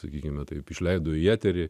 sakykime taip išleido į eterį